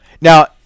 Now